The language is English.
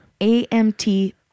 AMT